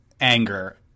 anger